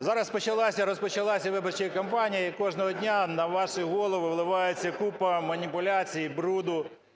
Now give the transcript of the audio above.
Зараз почалася, розпочалася виборча кампанія, і кожного дня на ваші голови виливається купа маніпуляцій і бруду.